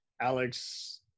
Alex